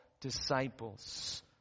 disciples